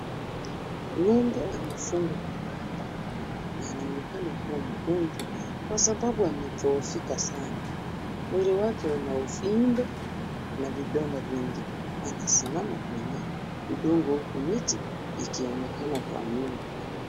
Ng'ombe amefungwa Kwa kamba na anaonekana kuwa mgonjwa kwa sababu amedoofika Sana, mwili wake unauvimbe na vidonda vingi anasimama kwenye udongo huku miti ikionekana Kwa nyuma.